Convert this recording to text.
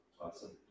awesome